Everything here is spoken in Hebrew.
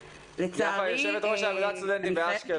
יושבת-ראש אגודת הסטודנטים באשקלון